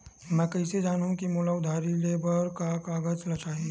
मैं कइसे जानहुँ कि मोला उधारी ले बर का का कागज चाही?